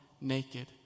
naked